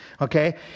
okay